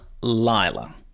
Lila